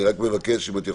אני רק מבקש, אם את יכולה,